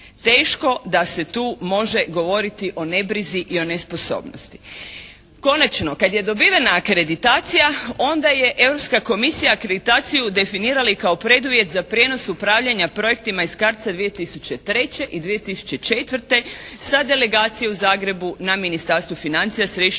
Teško da se tu može govoriti o nebrizi i nesposobnosti. Konačno, kad je dobivena akreditacija onda je Europska komisija akreditaciju definirala i kao preduvjet za prijenos upravljanja projektima iz CARDS-a 2003. i 2004. sa delegacije u Zagrebu na Ministarstvo financija središnju